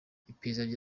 iperereza